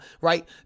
Right